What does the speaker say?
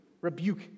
rebuke